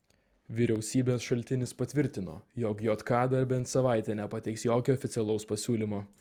vyriausybės šaltinis patvirtino jog jk dar bent savaitę nepateiks jokio oficialaus pasiūlymo